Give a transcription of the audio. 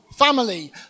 family